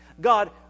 God